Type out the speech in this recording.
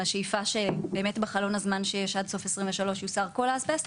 עם השאיפה שבאמת בחלון הזמן שיש עד סוף שנת 2023 יוסר כל האסבסט,